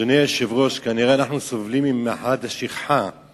אדוני היושב-ראש, אנחנו כנראה סובלים ממחלת השכחה,